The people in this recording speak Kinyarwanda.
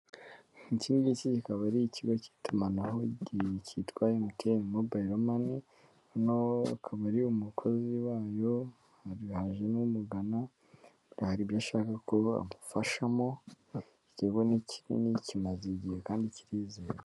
Iki ngiki kikaba ari ikigo cy'itumanaho cyitwa MTN mobayiro mani, uno akaba ari umukozi wayo, abantu baje bamuganara hari ibyo ashaka kubafashamo, iki kigo ni kinini, kimaze igihe kandi kirizewe.